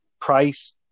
Price